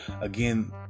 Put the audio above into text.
again